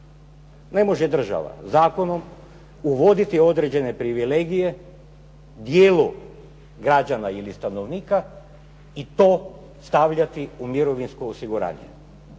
Ne može država zakonom uvoditi određene privilegije, dijelu građana ili stanovnika i to stavljati u mirovinsko osiguranje.